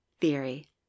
theory